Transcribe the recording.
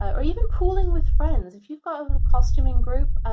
or even pooling with friends. if you've got a costuming group,